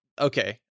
okay